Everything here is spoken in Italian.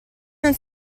non